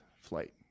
flight